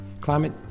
Climate